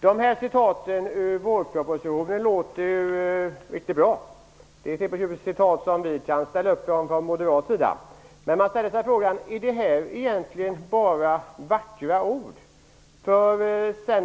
Detta låter mycket bra. Det kan t.o.m. vi från Moderaterna ställa upp på. Men man ställer sig frågan: Är detta bara vackra ord?